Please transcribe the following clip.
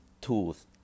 tools